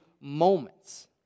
moments